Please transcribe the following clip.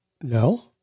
no